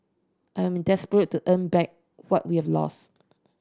I'm desperate to earn back what we have lost